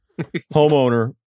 homeowner